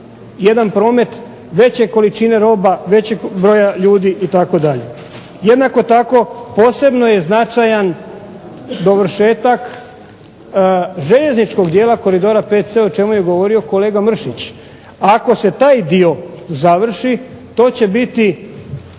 jedan promet veće količine roba, većeg broja ljudi itd. Jednako tako posebno je značajan dovršetak željezničkog dijela Koridor VC o čemu je govorio kolega Mršić. Ako se taj dio završi to će biti